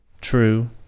true